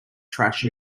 trash